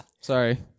sorry